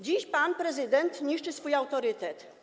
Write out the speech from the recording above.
Dziś pan prezydent niszczy swój autorytet.